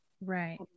Right